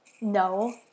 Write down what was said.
No